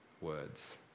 words